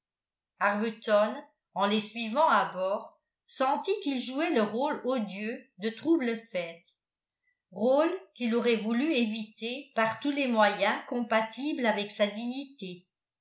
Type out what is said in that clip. arbuton en les suivant à bord sentit qu'il jouait le rôle odieux de trouble-fête rôle qu'il aurait voulu éviter par tous les moyens compatibles avec sa dignité